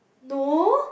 no